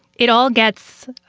it all gets.